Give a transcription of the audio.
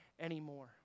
anymore